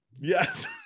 yes